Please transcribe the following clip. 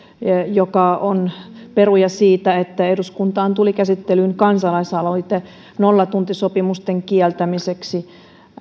joka on peruja siitä että eduskuntaan tuli käsittelyyn kansalaisaloite nollatuntisopimusten kieltämiseksi